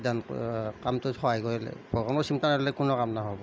সিদ্ধান্ত কামটোত সহায় কৰিলে ভগৱানৰ চিন্তা নকৰিলে কোনো কাম নহ'ব